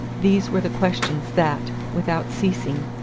these were the questions that, without ceasing,